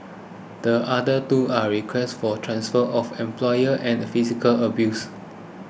the other two are requests for transfer of employer and physical abuse